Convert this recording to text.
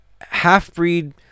half-breed